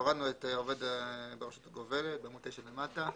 הורדנו את עובד ברשות הגובלת, בעמוד 9 למטה.